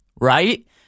right